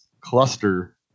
cluster